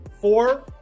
four